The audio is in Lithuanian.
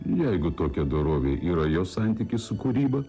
jeigu tokia dorovė yra jo santykis su kūryba